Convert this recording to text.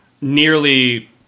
nearly